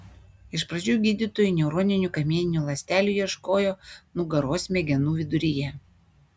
iš pradžių gydytojai neuroninių kamieninių ląstelių ieškojo nugaros smegenų viduryje